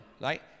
right